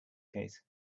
case